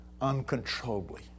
uncontrollably